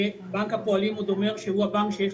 ובנק הפועלים עוד אומר שהוא הבנק שיש